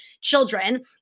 children